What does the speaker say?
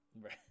Right